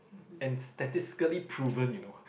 and statistically proven you know